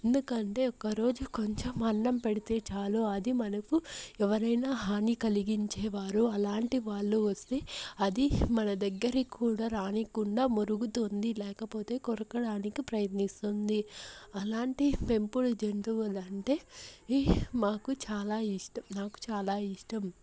ఎందుకంటే ఒక రోజు కొంచెం అన్నం పెడితే చాలు అది మనకు ఎవరైనా హాని కలిగించేవారు అలాంటి వాళ్ళు వస్తే అది మన దగ్గరకు కూడా రానివ్వకుండా మొరుగుతుంది లేకపోతే కొరకడానికి ప్రయత్నిస్తుంది అలాంటి పెంపుడు జంతువులంటే మాకు చాలా ఇష్టం నాకు చాలా ఇష్టం